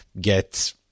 get